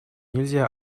нельзя